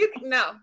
No